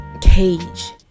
cage